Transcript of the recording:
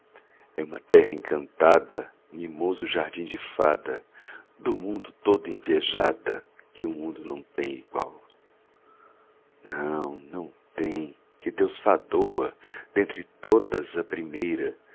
é uma terra encantada mimoso jardim de fada do mundo todo invejada que o mundo não tem igual não não tem que deus fadou a dentre todas a primeira